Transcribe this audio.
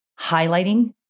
highlighting